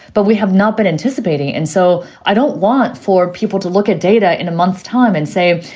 but we have not been anticipating. and so i don't want for people to look at data in a month's time and say,